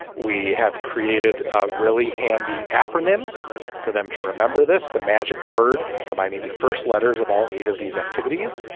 we have created really handy acronym for them to remember this, the magic word combining the first letters of all eight of these activities.